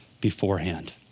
beforehand